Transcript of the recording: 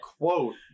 quote